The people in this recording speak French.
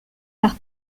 par